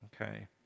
Okay